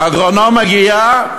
האגרונום מגיע,